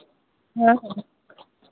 हाँ हाँ